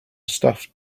stuffed